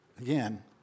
again